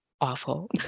Awful